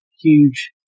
huge